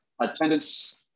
attendance